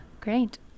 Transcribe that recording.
Great